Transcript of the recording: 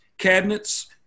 cabinets